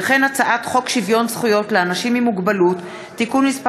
וכן הצעת חוק שוויון זכויות לאנשים עם מוגבלות (תיקון מס'